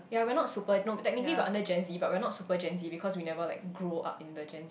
yea we are not super no technically we are under gen z but we are not super gen z because we never like grow up in the gen